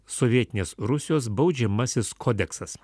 sovietinės rusijos baudžiamasis kodeksas